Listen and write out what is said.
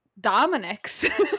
Dominic's